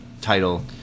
title